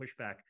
pushback